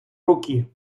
руки